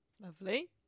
Lovely